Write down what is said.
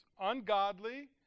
ungodly